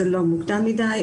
נכון,